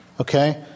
Okay